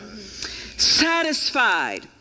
Satisfied